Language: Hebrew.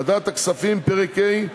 ועדת הכספים: פרק ה'